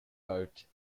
vote